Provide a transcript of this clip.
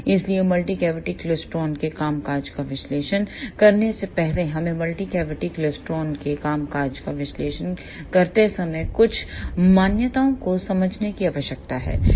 इसलिए multi cavity klystron के कामकाज का विश्लेषण करने से पहले हमें मल्टी कैविटी क्लेस्ट्रॉन के कामकाज का विश्लेषण करते समय कुछ मान्यताओं को समझने की आवश्यकता है